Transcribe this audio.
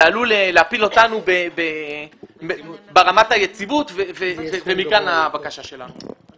זה עלול להפיל אותנו ברמת היציבות ומכאן הבקשה שלנו.